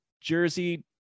jersey